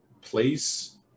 place